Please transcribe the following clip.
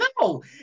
no